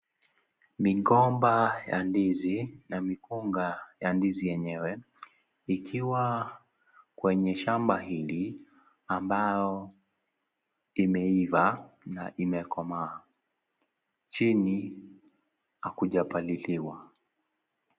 Migomba ya ndizi na mikunga ya ndizi enyewe, ikiwa kwenye shamba hili ambao imeiva na imekomaa. Chini hakujapandiliwa.